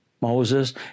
Moses